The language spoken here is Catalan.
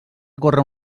córrer